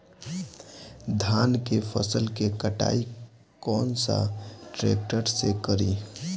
धान के फसल के कटाई कौन सा ट्रैक्टर से करी?